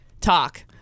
talk